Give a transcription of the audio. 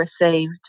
received